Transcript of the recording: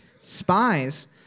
spies